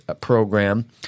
program